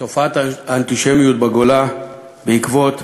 את תופעת האנטישמיות בגולה בעקבות